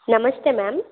ನಮಸ್ತೆ ಮ್ಯಾಮ್